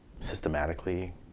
systematically